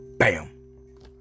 Bam